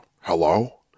hello